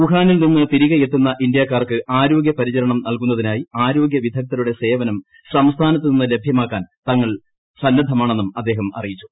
വുഹാനിൽ നിന്ന് തിരികെ എത്തുന്ന ഇന്ത്യക്കാർക്ക് ആരോഗ്യ പരിചരണം നൽകുന്നതിനായി ആരോഗ്യ വിദഗ്ധരുടെ സേവനം സംസ്ഥാനത്ത് നിന്ന് ലഭ്യമാക്കാൻ തങ്ങൾ സന്നദ്ധമാണെന്നും അദ്ദേഹം അറിയിച്ചു